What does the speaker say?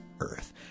earth